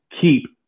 keep